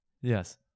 yes